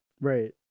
Right